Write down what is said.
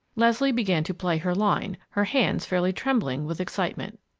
leslie began to play her line, her hands fairly trembling with excitement.